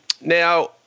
Now